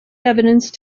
evidence